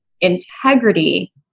integrity